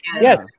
yes